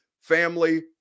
family